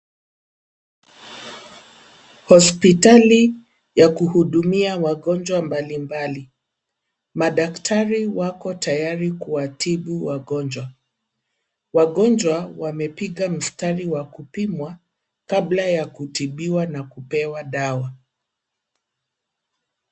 Hospitali ya kuhudumia wagonjwa mbalimbali. Madaktari wako tayari kuwatibu wagonjwa. Wagonjwa wamepiga mstari wa kupimwa kabla ya kutibiwa na kupewa dawa.